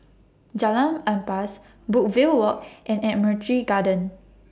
Jalan Ampas Brookvale Walk and Admiralty Garden